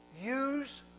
use